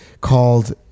called